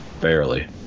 Barely